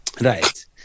Right